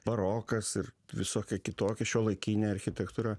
barokas ir visokia kitokia šiuolaikinė architektūra